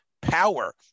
power